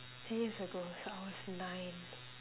ten years ago so I was nine